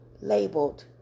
labeled